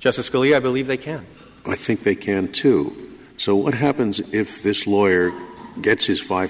justice scalia i believe they can i think they can to so what happens if this lawyer gets his five